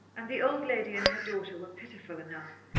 and the old lady and her daughter were pitiful enough,